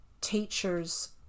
teachers